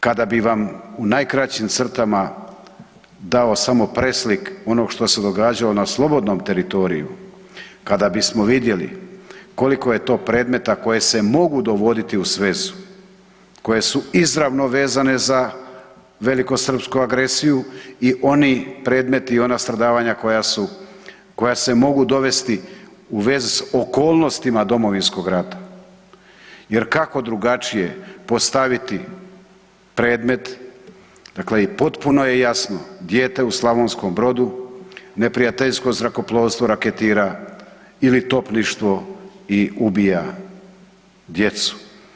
Kada bi vam u najkraćim crtama dao samo preslik onog što se događalo na slobodnom teritoriju, kada bismo vidjeli koliko je to predmeta koji se mogu dovoditi u svezu, koji su izravno vezane za velikosrpsku agresiju i oni predmeti i ona stradavanja koja se mogu dovesti u vezu s okolnostima Domovinskog rata jer kako drugačije postaviti predmet, dakle i potpuno je jasno dijete u Slavonskom Brodu neprijateljsko zrakoplovstvo raketira ili topništvo i ubija djecu.